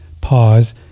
pause